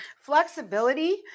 Flexibility